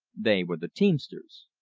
they were the teamsters.